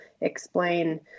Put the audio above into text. explain